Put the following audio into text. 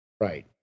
right